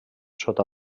sota